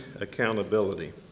accountability